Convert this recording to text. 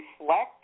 reflect